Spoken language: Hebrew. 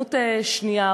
הזדמנות שנייה.